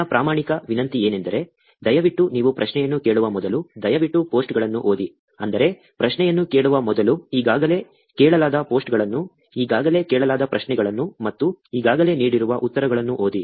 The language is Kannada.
ನನ್ನ ಪ್ರಾಮಾಣಿಕ ವಿನಂತಿಯೆಂದರೆ ದಯವಿಟ್ಟು ನೀವು ಪ್ರಶ್ನೆಯನ್ನು ಕೇಳುವ ಮೊದಲು ದಯವಿಟ್ಟು ಪೋಸ್ಟ್ಗಳನ್ನು ಓದಿ ಅಂದರೆ ಪ್ರಶ್ನೆಯನ್ನು ಕೇಳುವ ಮೊದಲು ಈಗಾಗಲೇ ಕೇಳಲಾದ ಪೋಸ್ಟ್ಗಳನ್ನು ಈಗಾಗಲೇ ಕೇಳಲಾದ ಪ್ರಶ್ನೆಗಳನ್ನು ಮತ್ತು ಈಗಾಗಲೇ ನೀಡಿರುವ ಉತ್ತರಗಳನ್ನು ಓದಿ